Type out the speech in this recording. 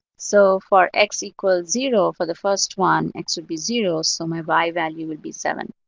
so for x equals zero for the first one, x would be zero, so my y-value would be seven.